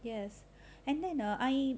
yes and then err I